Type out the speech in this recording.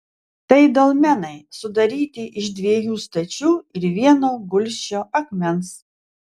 tai dolmenai sudaryti iš dviejų stačių ir vieno gulsčio akmens